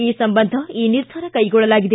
ಈ ಸಂಬಂಧ ಈ ನಿರ್ಧಾರ ಕೈಗೊಳ್ಳಲಾಗಿದೆ